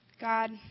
God